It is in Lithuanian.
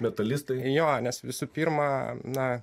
metalistai jo nes visų pirma na